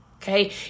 Okay